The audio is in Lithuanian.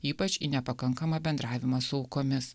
ypač į nepakankamą bendravimą su aukomis